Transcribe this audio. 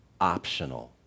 optional